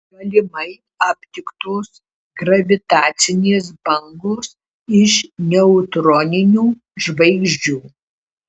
galimai aptiktos gravitacinės bangos iš neutroninių žvaigždžių